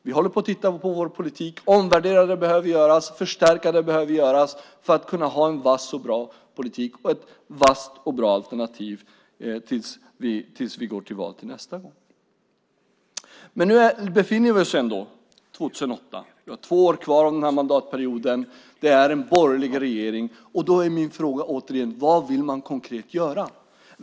Vi håller på att titta på vår politik, omvärdera den där det behövs, förstärka den där det behöver göras, för att kunna ha en vass och bra politik och ett vasst och bra alternativ när vi går till val nästa gång. Men nu befinner vi oss ändå i 2008. Vi har två år kvar av den här mandatperioden. Det är en borgerlig regering, och då är min fråga återigen: Vad vill man konkret göra?